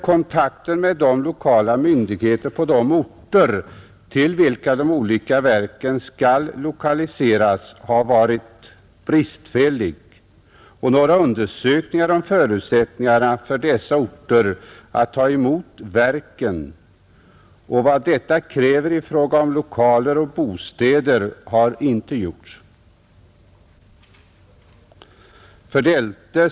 Kontakten med de lokala myndigheterna på de orter till vilka de olika verken skall lokaliseras har varit bristfällig och några undersökningar om förutsättningarna för dessa orter att ta emot verken och vad detta kräver i fråga om lokaler och bostäder har inte gjorts. 11.